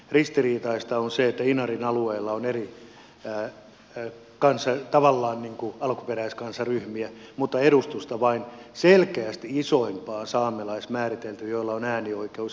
ristiriitaista on se että inarin alueella on tavallaan eri alkuperäiskansaryhmiä mutta edustusta vain selkeästi isoimpiin saamelaismääriteltyihin joilla on äänioikeus